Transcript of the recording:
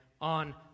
on